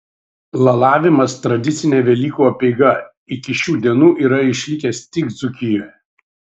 lalavimas tradicinė velykų apeiga iki šių dienų yra išlikęs tik dzūkijoje